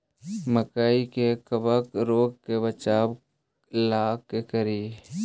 मकई के कबक रोग से बचाबे ला का करि?